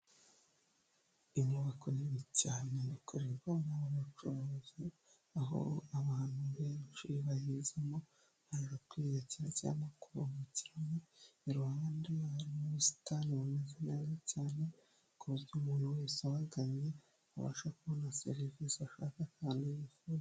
Inyubako nini cyane ikorerwamo bucuruzi aho abantu benshi bayizamo baje kwiyakira cyangwa kuruhukiramo iruhande hari n'ubusitani bwiza cyane ku buryo umuntu wese uhagannye abasha kubona serivise ashaka kandi yifuza.